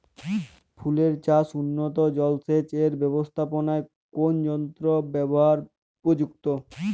ফুলের চাষে উন্নত জলসেচ এর ব্যাবস্থাপনায় কোন যন্ত্রের ব্যবহার উপযুক্ত?